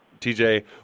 TJ